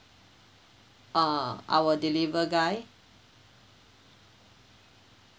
uh our deliver guy